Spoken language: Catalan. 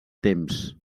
temps